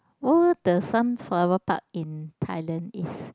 the sunflower part in Thailand is